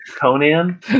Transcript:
Conan